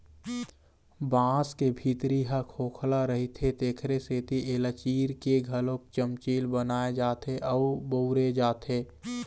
बांस के भीतरी ह खोखला रहिथे तेखरे सेती एला चीर के घलोक चमचील बनाए जाथे अउ बउरे जाथे